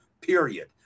period